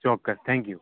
ચોક્કસ thank you